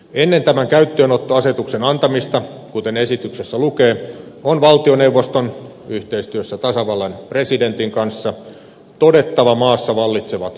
ennen tämän käyttöönottoasetuksen antamista kuten esityksessä lukee on valtioneuvoston yhteistyössä tasavallan presidentin kanssa todettava maassa vallitsevat poikkeusolot